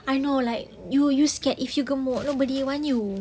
I know like you you scared if you gemuk nobody want you